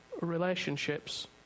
relationships